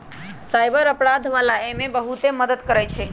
cyber अपराध वाला एमे बहुते मदद करई छई